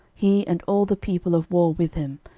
he, and all the people of war with him,